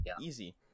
easy